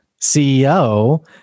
CEO